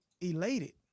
elated